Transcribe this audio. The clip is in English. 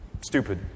stupid